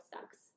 sucks